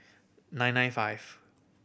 nine nine five